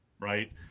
right